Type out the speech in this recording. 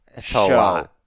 show